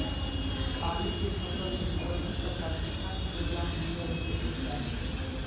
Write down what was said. आलू के फसल में प्रति कट्ठा कितना किलोग्राम बिया रोपे के चाहि?